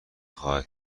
خواهد